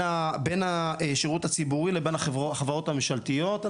השירות הציבורי לבין החברה הממשלתיות.